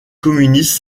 communiste